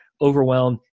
overwhelmed